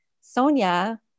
Sonia